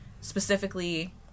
specifically